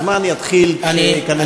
הזמן יתחיל כשייכנס ראש הממשלה.